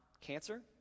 Cancer